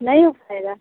नहीं हो पाएगा